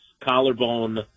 collarbone